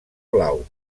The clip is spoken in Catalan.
blau